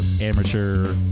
amateur